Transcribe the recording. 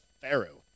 Pharaoh